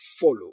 follow